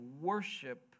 worship